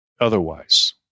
otherwise